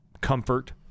comfort